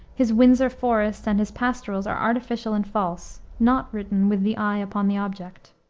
his windsor forest and his pastorals are artificial and false, not written with the eye upon the object.